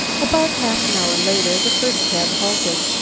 about half an hour later the first cab halted.